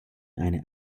eine